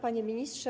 Panie Ministrze!